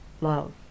love